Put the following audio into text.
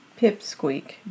pipsqueak